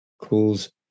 calls